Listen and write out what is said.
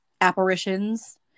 apparitions